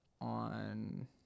on